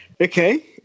Okay